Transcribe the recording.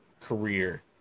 career